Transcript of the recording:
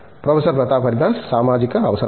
professor Pratap Haridas సామాజిక అవసరాలు